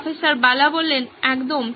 professor Bala একদম